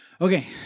Okay